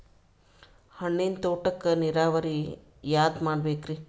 ಹಣ್ಣಿನ್ ತೋಟಕ್ಕ ನೀರಾವರಿ ಯಾದ ಮಾಡಬೇಕ್ರಿ?